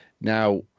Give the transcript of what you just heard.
Now